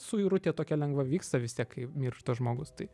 suirutė tokia lengva vyksta vis tiek kai miršta žmogus tai